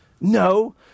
No